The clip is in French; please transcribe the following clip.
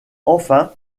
enfin